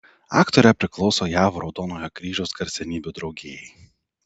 aktorė priklauso jav raudonojo kryžiaus garsenybių draugijai